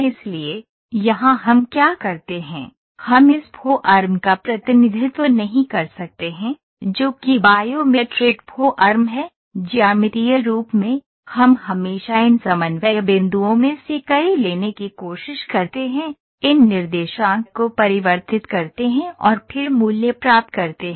इसलिए यहां हम क्या करते हैं हम इस फॉर्म का प्रतिनिधित्व नहीं कर सकते हैं जो कि बायोमेट्रिक फॉर्म है ज्यामितीय रूप में हम हमेशा इन समन्वय बिंदुओं में से कई लेने की कोशिश करते हैं इन निर्देशांक को परिवर्तित करते हैं और फिर मूल्य प्राप्त करते हैं